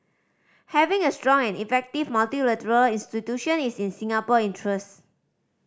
having a strong and effective multilateral institution is in Singapore interest